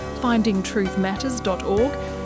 findingtruthmatters.org